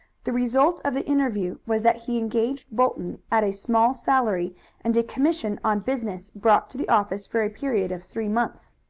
the result of the interview was that he engaged bolton at a small salary and a commission on business brought to the office for a period of three months.